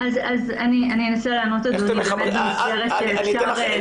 אז אני אנסה לענות, אדוני, במסגרת האפשר.